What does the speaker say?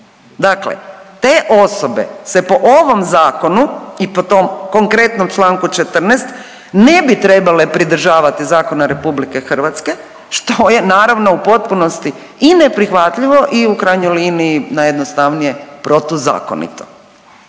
dakle te osobe se po ovom zakonu i po tom konkretnom čl. 14. ne bi trebale pridržavati zakona RH, što je naravno u potpunosti i neprihvatljivo i u krajnjoj liniji najjednostavnije protuzakonito.